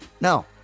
No